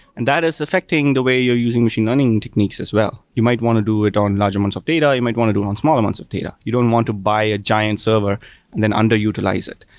and that is affecting the way you're using machine learning techniques as well. you might want to do it on large amounts of data. you might want to do it on small amounts of data. you don't want to buy a giant server and then underutilize it.